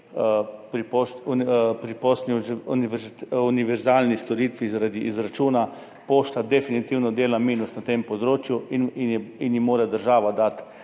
pri poštni univerzalni storitvi zaradi izračuna, Pošta definitivno dela minus na tem področju in ji mora država dati